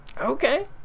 Okay